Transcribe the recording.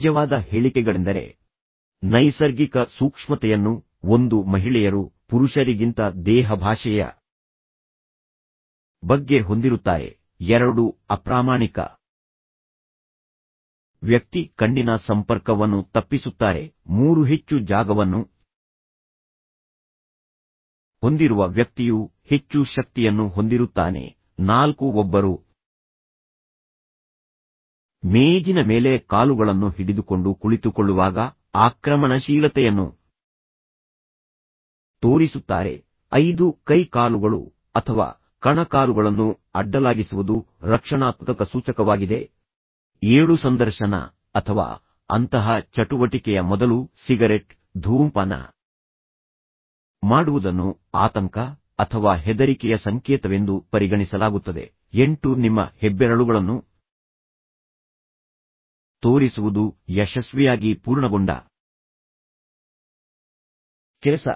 ನಿಜವಾದ ಹೇಳಿಕೆಗಳೆಂದರೆ ನೈಸರ್ಗಿಕ ಸೂಕ್ಷ್ಮತೆಯನ್ನು ಒಂದು ಮಹಿಳೆಯರು ಪುರುಷರಿಗಿಂತ ದೇಹ ಭಾಷೆಯ ಬಗ್ಗೆ ಹೊಂದಿರುತ್ತಾರೆ ಎರಡು ಅಪ್ರಾಮಾಣಿಕ ವ್ಯಕ್ತಿ ಕಣ್ಣಿನ ಸಂಪರ್ಕವನ್ನು ತಪ್ಪಿಸುತ್ತಾರೆ ಮೂರು ಹೆಚ್ಚು ಜಾಗವನ್ನು ಹೊಂದಿರುವ ವ್ಯಕ್ತಿಯು ಹೆಚ್ಚು ಶಕ್ತಿಯನ್ನು ಹೊಂದಿರುತ್ತಾನೆ ನಾಲ್ಕು ಒಬ್ಬರು ಮೇಜಿನ ಮೇಲೆ ಕಾಲುಗಳನ್ನು ಹಿಡಿದುಕೊಂಡು ಕುಳಿತುಕೊಳ್ಳುವಾಗ ಆಕ್ರಮಣಶೀಲತೆಯನ್ನು ತೋರಿಸುತ್ತಾರೆ ಐದು ಕೈ ಕಾಲುಗಳು ಅಥವಾ ಕಣಕಾಲುಗಳನ್ನು ಅಡ್ಡಲಾಗಿಸುವುದು ರಕ್ಷಣಾತ್ಮಕ ಸೂಚಕವಾಗಿದೆ ಏಳು ಸಂದರ್ಶನ ಅಥವಾ ಅಂತಹ ಚಟುವಟಿಕೆಯ ಮೊದಲು ಸಿಗರೆಟ್ ಧೂಮಪಾನ ಮಾಡುವುದನ್ನು ಆತಂಕ ಅಥವಾ ಹೆದರಿಕೆಯ ಸಂಕೇತವೆಂದು ಪರಿಗಣಿಸಲಾಗುತ್ತದೆ ಎಂಟು ನಿಮ್ಮ ಹೆಬ್ಬೆರಳುಗಳನ್ನು ತೋರಿಸುವುದು ಯಶಸ್ವಿಯಾಗಿ ಪೂರ್ಣಗೊಂಡ ಕೆಲಸ